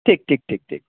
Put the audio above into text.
ঠিক ঠিক ঠিক ঠিক